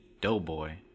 Doughboy